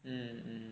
um